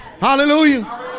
hallelujah